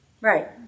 Right